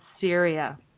Syria